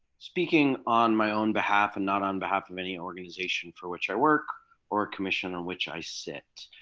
speaking on my own behalf and not on behalf of any organization for which i work or commission or which i sit.